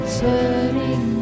turning